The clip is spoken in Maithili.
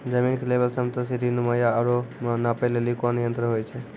जमीन के लेवल समतल सीढी नुमा या औरो नापै लेली कोन यंत्र होय छै?